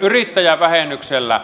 yrittäjävähennyksellä